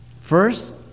First